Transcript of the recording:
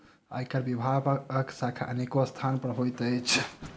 आयकर विभागक शाखा अनेको स्थान पर होइत अछि